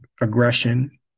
aggression